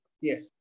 Yes